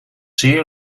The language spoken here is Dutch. zeer